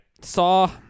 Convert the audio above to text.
Saw